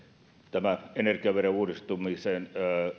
tämä energiaverouudistuksen